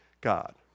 God